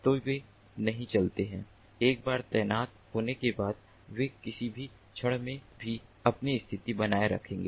तो वे नहीं चलते हैं एक बार तैनात होने के बाद वे किसी भी क्षण में भी अपनी स्थिति बनाए रखेंगे